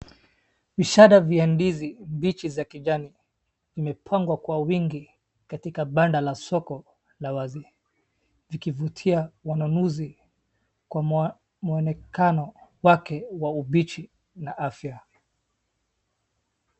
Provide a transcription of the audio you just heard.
Vishada vya ndizi mbichi za kijani vimepangwa kwa wingi katika banda la soko la wazi, vikivutia wanunuzi kwa muonekano wake wa ubichi na afya.